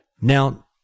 now